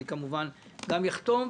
אני כמובן גם אחתום,